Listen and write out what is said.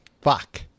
Fuck